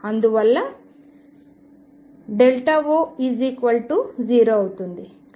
అందువలన O0 అవుతుంది